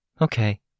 Okay